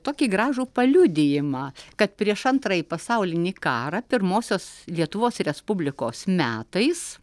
tokį gražų paliudijimą kad prieš antrąjį pasaulinį karą pirmosios lietuvos respublikos metais